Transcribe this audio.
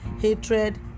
hatred